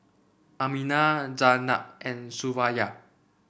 Aminah Zaynab and Suraya